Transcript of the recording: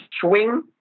swing